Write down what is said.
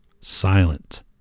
Silent